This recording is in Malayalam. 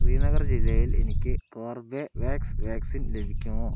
ശ്രീനഗർ ജില്ലയിൽ എനിക്ക് കോർബെവാക്സ് വാക്സിൻ ലഭിക്കുമോ